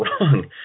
wrong